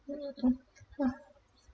when you do yeah